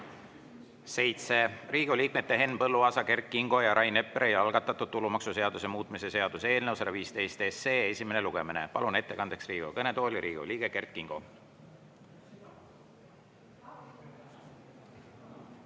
Riigikogu liikmete Henn Põlluaasa, Kert Kingo ja Rain Epleri algatatud tulumaksuseaduse muutmise seaduse eelnõu 115 esimene lugemine. Palun ettekandeks Riigikogu kõnetooli, Riigikogu liige Kert Kingo!